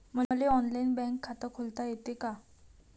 मले online bank खात खोलता येते का?